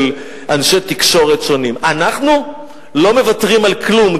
אנשי תקשורת שונים: אנחנו לא מוותרים על כלום,